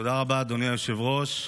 תודה רבה, אדוני היושב-ראש.